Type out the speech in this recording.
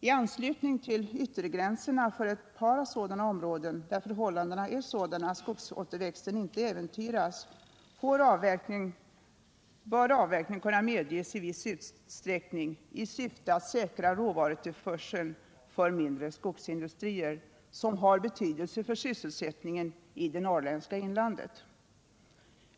I anslutning till yttergränserna för ett par områden, där för 15 december 1977 hållandena är sådana att skogsåterväxten inte äventyras, bör avverkning kunna medges i viss utsträckning i syfte att säkra råvarutillförseln för — Den fysiska mindre skogsindustrier som har betydelse för sysselsättningen i det norr = riksplaneringen för ländska inlandet.